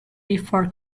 before